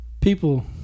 People